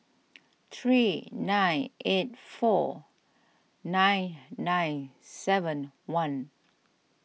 three nine eight four nine nine seven one